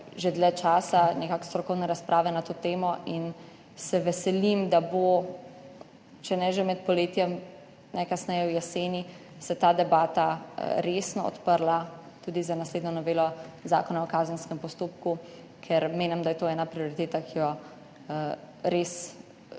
že dlje časa strokovne razprave na to temo in se veselim, da se bo, če ne že med poletjem, najkasneje jeseni ta debata resno odprla tudi z naslednjo novelo Zakona o kazenskem postopku. Ker menim, da je to ena prioriteta, kjer